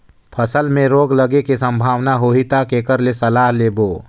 फसल मे रोग लगे के संभावना होही ता के कर ले सलाह लेबो?